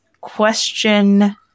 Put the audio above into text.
question